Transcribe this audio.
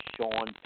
Sean